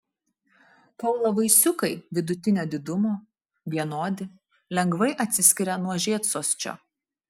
kaulavaisiukai vidutinio didumo vienodi lengvai atsiskiria nuo žiedsosčio